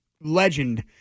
legend